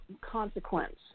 consequence